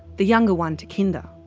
the younger one to kinder.